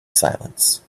silence